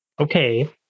Okay